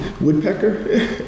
woodpecker